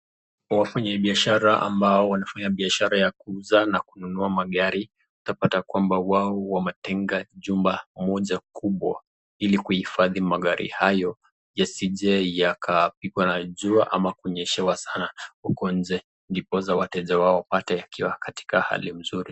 Wafanya biashara ambao wanafanya biashara ya kuuza na kununua magari utapata kwamba wao wametenga jumba moja kubwa ili kuhifadhi magari hayo yasije yakapigwa na jua ama kunyeshewa sana huko nje ndiposa wateja wao wapate yakiwa katika hali mzuri.